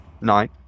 nine